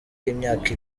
y’imyaka